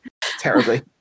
terribly